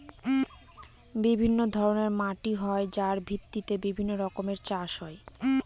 বিভিন্ন ধরনের মাটি হয় যার ভিত্তিতে বিভিন্ন রকমের চাষ হয়